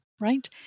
right